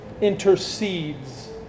intercedes